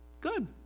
Good